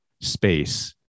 space